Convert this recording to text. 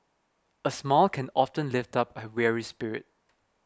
a smile can often lift up a weary spirit